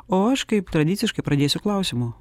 o aš kaip tradiciškai pradėsiu klausimu